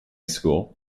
school